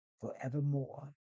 forevermore